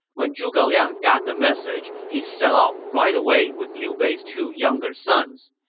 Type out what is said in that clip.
when zhuge liang got the message, he set off right away with liu bei's two younger sons.